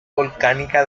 volcánica